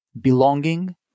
belonging